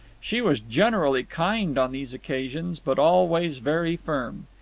she was generally kind on these occasions, but always very firm.